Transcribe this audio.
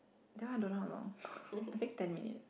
that one I don't know how long I think ten minutes